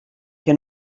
que